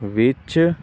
ਵਿੱਚ